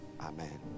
amen